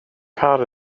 car